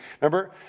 Remember